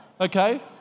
Okay